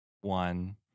one